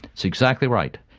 that's exactly right.